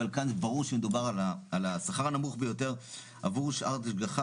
אבל ברור כאן שמדובר על השכר הנמוך ביותר עבור שעת השגחה,